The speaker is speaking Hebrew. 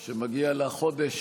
היום,